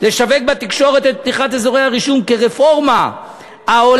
לשווק בתקשורת את פתיחת אזורי הרישום כרפורמה העולה